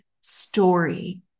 story